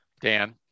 Dan